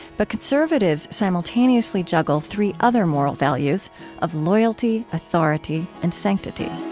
but conservatives simultaneously juggle three other moral values of loyalty, authority, and sanctity